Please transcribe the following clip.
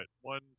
One